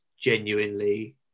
genuinely